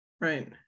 right